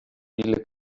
viele